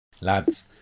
Lads